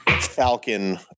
Falcon